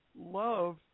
love